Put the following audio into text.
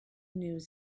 news